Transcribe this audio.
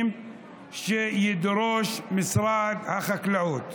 שידרוש משרד החקלאות.